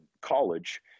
college